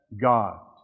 God